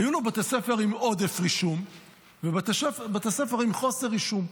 היו לו בתי ספר עם עודף רישום ובתי ספר עם חוסר רישום,